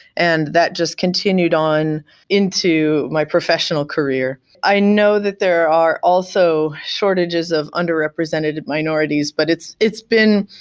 and that just continued on into my professional career i know that there are also shortages of underrepresented minorities, but it's it's been,